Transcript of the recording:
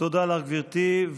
תודה לך, גברתי.